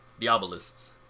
Diabolists